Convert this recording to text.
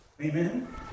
Amen